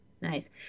Nice